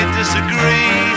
disagree